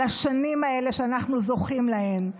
על השנים האלה שאנחנו זוכים להן.